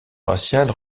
raciale